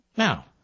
Now